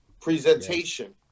presentation